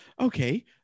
Okay